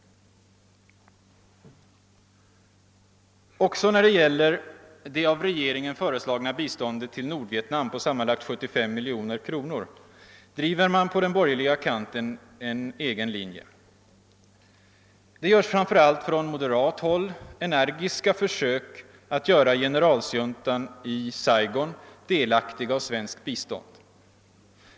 Också när det gäller det av regeringen föreslagna biståndet till Nordvietnam på sammanlagt 75 miljoner kronor driver man på den borgerliga kanten en egen linje. Man gör framför allt på moderat håll energiska försök att göra generalsjuntan i Saigon delaktig av svenskt bistånd.